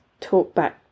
TalkBack